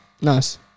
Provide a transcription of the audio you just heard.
Nice